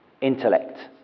intellect